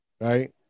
right